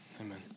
Amen